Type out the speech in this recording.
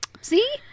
See